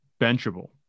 benchable